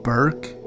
Burke